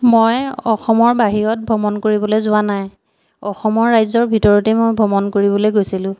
মই অসমৰ বাহিৰত ভ্ৰমণ কৰিবলৈ যোৱা নাই অসমৰ ৰাজ্যৰ ভিতৰতে মই ভ্ৰমণ কৰিবলৈ গৈছিলোঁ